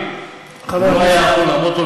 לא היה צריך לעמוד פה,